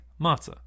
matzah